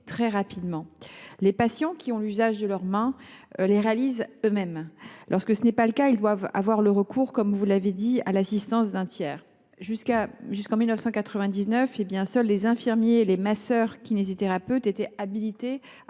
très rapidement. Les patients qui ont l’usage de leurs mains les réalisent eux mêmes. Lorsque ce n’est pas le cas, ils doivent avoir recours à l’assistance d’un tiers. Jusqu’en 1999, seuls les infirmiers et les masseurs kinésithérapeutes étaient habilités à